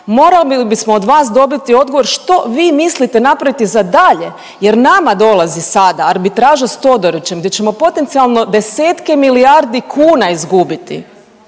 morali bismo od vas dobiti odgovor što vi mislite napraviti za dalje, jer nama dolazi sada arbitraža sa Todorićem, gdje ćemo potencijalno desetke milijardi kuna izgubiti.